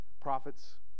prophets